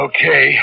Okay